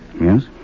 Yes